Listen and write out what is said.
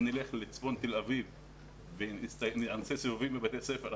ונלך לצפון תל אביב ונסייר בבתי ספר,